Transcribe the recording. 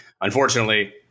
Unfortunately